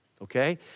okay